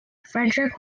frederick